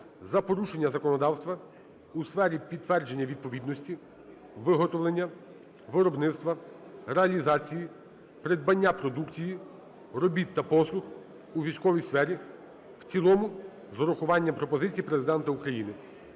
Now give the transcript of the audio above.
за порушення законодавства у сфері підтвердження відповідності, виготовлення, виробництва, реалізації, придбання продукції, робіт та послуг у військовій сфері" в цілому з урахуванням пропозицій Президента України,